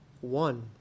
one